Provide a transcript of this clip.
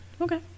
okay